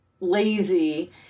lazy